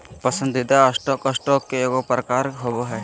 पसंदीदा stock, stock के एगो प्रकार होबो हइ